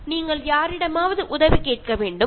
അതായത് നിങ്ങൾക്ക് മറ്റൊരാളിന്റെ ലിഫ്റ്റ് എടുക്കാം